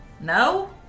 No